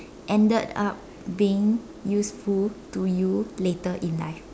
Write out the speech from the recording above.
ended up being useful to you later in life